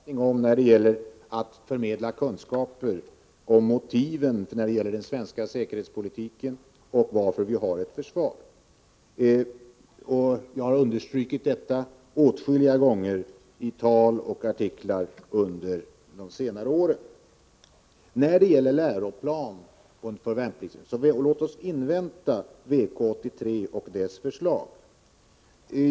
Herr talman! Jag delar Anna Lindhs uppfattning när det gäller behovet av att förmedla kunskaper om motiven för den svenska säkerhetspolitiken och varför vi har ett försvar. Jag har under senare år åtskilliga gånger understrukit detta, i tal och artiklar. Låt oss beträffande en läroplan för värnpliktsutbildningen invänta VK 83:s förslag.